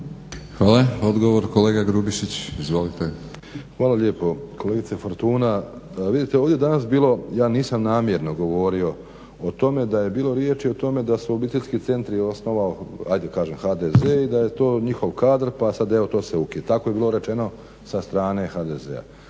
Hvala. Odgovor, kolega Grubišić. Izvolite. **Grubišić, Boro (HDSSB)** Hvala lijepo. Kolegice Fortuna, vidite ovdje je danas bilo, ja nisam namjerno govorio o tome da je bilo riječi o tome da su obiteljski centri osnovao ajde da kažem HDZ i da je to njihov kadar pa sad evo to se ukida. Tako je bilo rečeno sa strane HDZ-a.